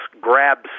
grabs